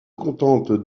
contente